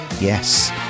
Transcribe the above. Yes